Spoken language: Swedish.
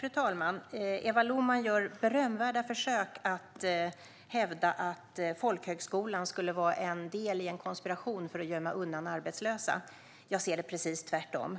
Fru talman! Eva Lohman gör berömvärda försök att hävda att folkhögskolan skulle vara en del i en konspiration för att gömma undan arbetslösa. Jag ser det precis tvärtom.